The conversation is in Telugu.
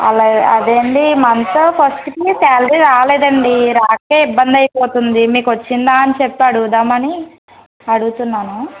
అలా అదే అండి మంత్ ఫస్ట్కి శాలరీ రాలేదండి రాకే ఇబ్బంది అయిపోతుంది మీకోచ్చిందా అని చెప్పి అడుగుదామని అడుగుతున్నాను